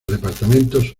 departamentos